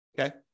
Okay